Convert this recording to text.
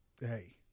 Hey